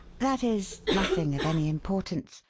that is, nothing of any importance.